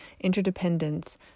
interdependence